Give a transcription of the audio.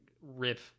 rip